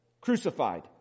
crucified